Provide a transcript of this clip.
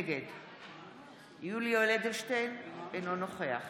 נגד יולי יואל אדלשטיין, אינו נוכח